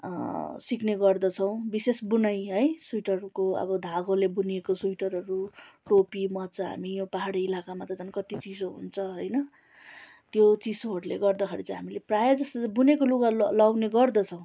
सिक्ने गर्दछौँ विशेष बुनाई है सुइटरको अब धागोले बुनेको सुइटरहरू टोपी मज्जा हामी यो पहाडी इलाकामा त झन् कति चिसो हुन्छ होइन त्यो चिसोहरूले गर्दाखेरि चाहिँ हामीले प्रायः जस्तो चाहिँ बुनेको लुगा ल लाउने गर्दछौँ